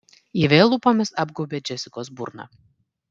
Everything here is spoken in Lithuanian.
ji vėl lūpomis apgaubė džesikos burną